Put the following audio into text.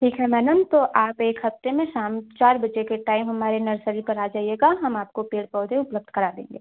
ठीक है मैडम तो आप एक हफ्ते में शाम चार बजे के टाईम हमारे नर्सरी पर आ जाइएगा हम आपको पेड़ पौधे उपलब्ध करा देंगे